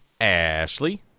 Ashley